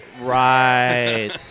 Right